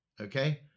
Okay